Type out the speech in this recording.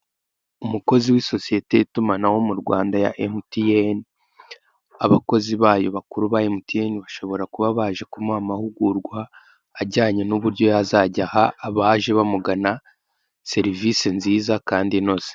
Umukozi w'isosiyete y'itumanaho mu Rwanda ya MTN, abakozi bayo bakuru ba MTN bashobora kuba baje kumuha amahugurwa ajyanye n'uburyo yazajya aha abaje bamugana serivisi nziza kandi inoze.